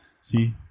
see